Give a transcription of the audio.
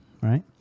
Right